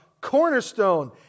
cornerstone